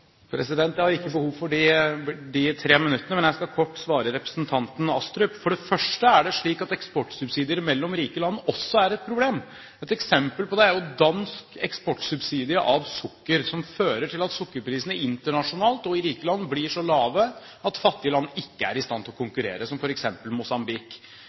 Jeg har ikke behov for de 3 minuttene, men jeg skal kort svare representanten Astrup. For det første er det slik at eksportsubsidier mellom rike land også er et problem. Et eksempel på det er dansk eksportsubsidie av sukker, som fører til at sukkerprisene internasjonalt og i rike land blir så lave at fattige land ikke er i stand til å konkurrere, som f.eks. Mosambik.